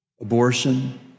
Abortion